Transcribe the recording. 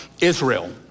Israel